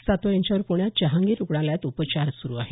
सातव यांच्यावर प्ण्यात जहांगीर रुग्णालयात उपचार सुरु आहेत